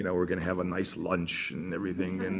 and we're going to have a nice lunch and everything. and